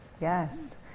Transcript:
Yes